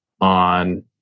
on